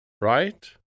right